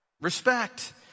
respect